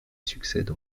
succède